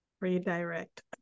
redirect